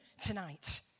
tonight